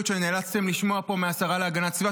שנאלצתם לשמוע פה מהשרה להגנת הסביבה,